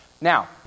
Now